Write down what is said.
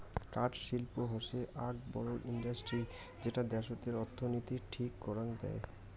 কাঠ শিল্প হৈসে আক বড় ইন্ডাস্ট্রি যেটা দ্যাশতের অর্থনীতির ঠিক করাং দেয়